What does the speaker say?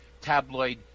tabloid